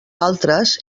altres